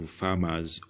farmers